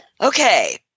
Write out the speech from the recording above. Okay